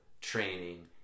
training